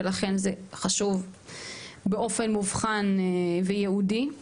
ולכן זה חשוב באופן מובחן וייעודי.